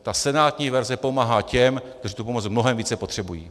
Ta senátní verze pomáhá těm, kteří tu pomoc mnohem více potřebují.